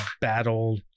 battle